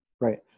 Right